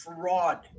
fraud